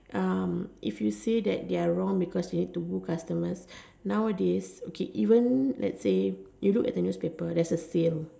um if you say that they are wrong because they need to woo customers nowadays okay even let's say you look at the newspapers there's a sale